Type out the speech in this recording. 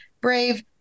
Brave